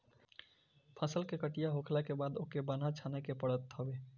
फसल के कटिया होखला के बाद ओके बान्हे छाने के पड़त हवे